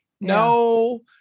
No